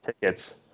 tickets